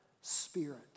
spirit